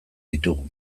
ditugu